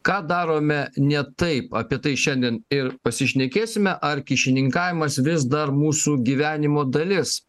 ką darome ne taip apie tai šiandien ir pasišnekėsime ar kyšininkavimas vis dar mūsų gyvenimo dalis